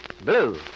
Blue